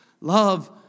Love